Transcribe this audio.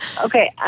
okay